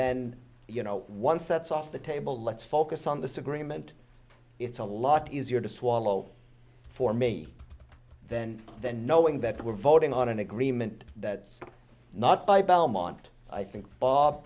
then you know once that's off the table let's focus on this agreement it's a lot easier to swallow for me then then knowing that we're voting on an agreement that's not by belmont i think